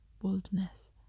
boldness